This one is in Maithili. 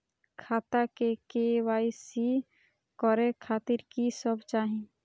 खाता के के.वाई.सी करे खातिर की सब चाही?